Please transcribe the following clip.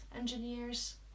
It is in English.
engineers